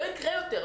זה לא יקרה יותר,